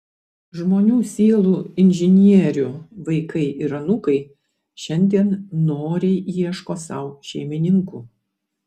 žmonių sielų inžinierių vaikai ir anūkai šiandien noriai ieško sau šeimininkų